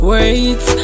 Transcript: Wait